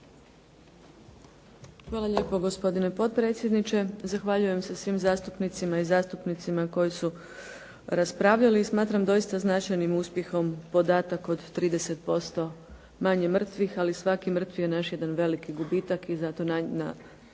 Hvala lijepo gospodine potpredsjedniče. Zahvaljujem se svim zastupnicima i zastupnicama koji su raspravljali. I smatram doista značajnim uspjehom podatak od 30% manje mrtvih ali svaki mrtav je naš jedan veliki gubitak i zato na